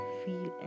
feel